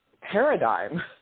paradigm